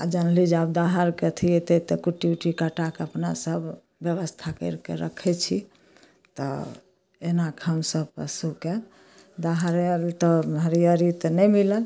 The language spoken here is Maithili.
आओर जनली जे आब दहारके अथी अएतै तऽ कुट्टी उट्टी कटाकऽ अपना सब बेबस्था करिके रखै छी तऽ एनाकऽ हमसभ पशुके दहार आएल तऽ हरिअरी तऽ नहि मिलल